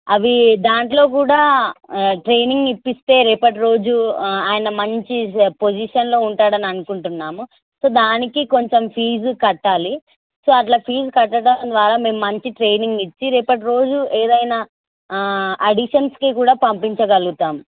అవి దాంట్లో కూడా ట్రైనింగ్ ఇస్తే రేపటి రోజు ఆయన మంచి పొజిషన్లో ఉంటాడని అనుకుంటున్నాము సో దానికి కొంచం ఫీజు కట్టాలి సో అట్లా ఫీజు కట్టడం ద్వారా మేము మంచి ట్రైనింగ్ ఇచ్చి రేపటి రోజు ఏదైన ఆడీషన్స్కి కూడా పంపించగలుగుతాం